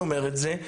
למה אני אומר את זה?